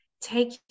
Take